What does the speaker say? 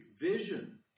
vision